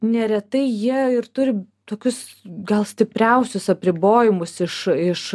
neretai jie ir turi tokius gal stipriausius apribojimus iš iš